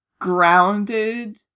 grounded